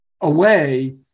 away